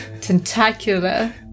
tentacular